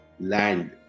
land